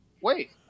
Wait